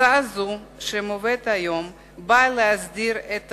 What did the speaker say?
הצעה זו שמובאת היום באה להסדיר את